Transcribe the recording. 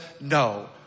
no